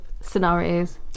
scenarios